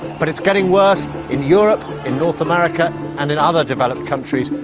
but it's getting worse in europe, in north america and in other developed countries.